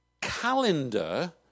calendar